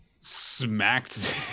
smacked